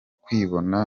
kwibona